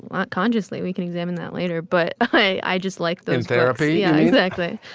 not consciously. we can examine that later. but hey, i just like them. therapy. yeah exactly.